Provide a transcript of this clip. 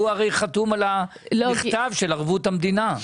הוא הרי חתום על המכתב של ערבות המדינה,